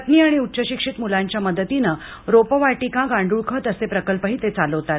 पत्नी आणि उच्च शिक्षित मुलांच्या मदतीनं रोपवाटिका गांडूळ खत असे प्रकल्पही ते चालवतात